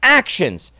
actions